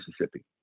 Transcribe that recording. Mississippi